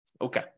Okay